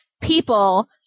people